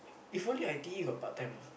if only I_T_E got part-time ah